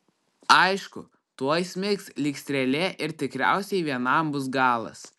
aišku tuoj smigs lyg strėlė ir tikriausiai vienam bus galas